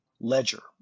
ledger